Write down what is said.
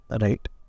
right